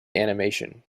animation